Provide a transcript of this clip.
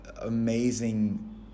amazing